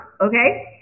Okay